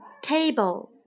Table